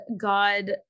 God